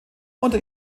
unter